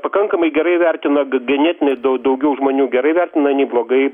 pakankamai gerai vertina ganėtinai dau daugiau žmonių gerai vertina nei blogai